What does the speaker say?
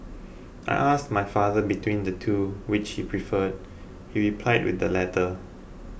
I asked my father between the two which he preferred he replied the latter